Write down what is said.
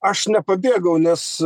aš nepabėgau nes